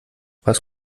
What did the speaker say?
was